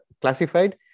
classified